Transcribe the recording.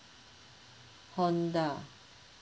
honda